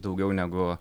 daugiau negu